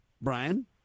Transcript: Brian